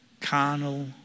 carnal